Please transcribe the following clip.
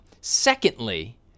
Secondly